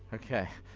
okay